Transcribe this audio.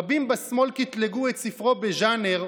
רבים בשמאל קטלגו את ספרו בז'אנר,